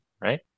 right